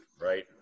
right